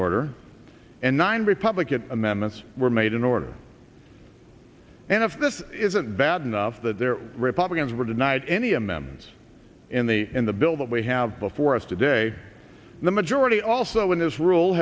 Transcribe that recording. order and nine republican amendments were made in order and if this isn't bad enough that there are republicans were denied any m m's in the in the bill that we have before us today the majority also in his rule